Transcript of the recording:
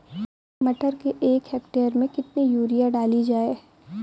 मटर के एक हेक्टेयर में कितनी यूरिया डाली जाए?